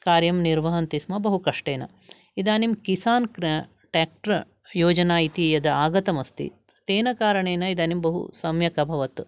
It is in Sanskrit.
कार्यं निर्वहन्तिस्म बहु कष्टेन इदानीं किसान् क्रिया ट्र्याक्टर् योजना इति यद् आगतमस्ति तेन कारणेन इदानीं बहु सम्यक् अभवत्